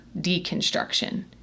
deconstruction